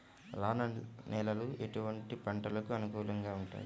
రాళ్ల నేలలు ఎటువంటి పంటలకు అనుకూలంగా ఉంటాయి?